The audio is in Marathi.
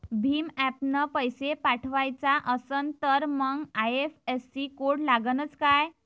भीम ॲपनं पैसे पाठवायचा असन तर मंग आय.एफ.एस.सी कोड लागनच काय?